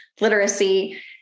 literacy